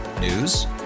News